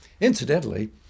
Incidentally